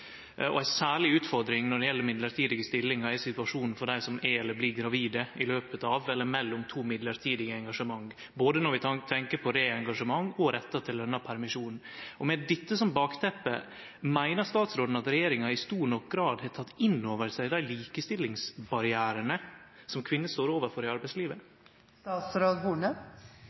Ei særleg utfordring når det gjeld mellombelse stillingar, er situasjonen for dei som er eller blir gravide i løpet av eller mellom to mellombelse engasjement, både når vi tenkjer på reengasjement og foreldra sine rettar til permisjon med løn. Med dette som bakteppe, meiner statsråden at regjeringa i stor nok grad har teke inn over seg dei likestillingsbarrierane som kvinner står overfor i